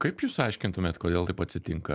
kaip jūs aiškintumėt kodėl taip atsitinka